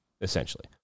essentially